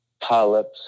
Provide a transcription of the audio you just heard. polyps